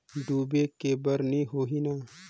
डूबे के बर नहीं होही न?